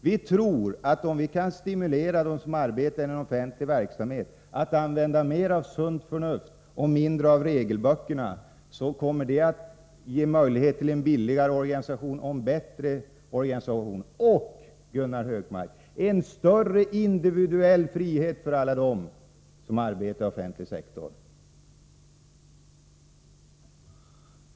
Vi tror att om man kan stimulera dem som arbetar inom den offentliga verksamheten att använda mer av sunt förnuft och mindre av regelböcker, kommer det att ge möjlighet till en billigare organisation, en bättre organisation och, Gunnar Hökmark, en större individuell frihet för alla dem som arbetar inom den offentliga sektorn.